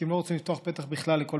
הוא כי הם לא רוצים לפתוח פתח בכלל לכל